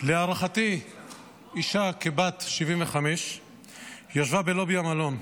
להערכתי אישה כבת 75. היא ישבה בלובי המלון,